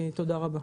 תודה רבה.